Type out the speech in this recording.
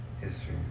History